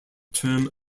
term